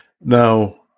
Now